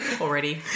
already